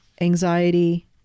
anxiety